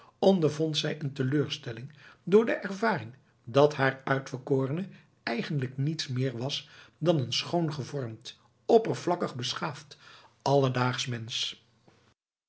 ondervond zij een teleurstelling door de ervaring dat haar uitverkorene eigenlijk niets meer was dan een schoon gevormd oppervlakkig beschaafd alledaagsch mensch